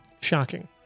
Shocking